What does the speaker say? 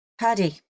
Paddy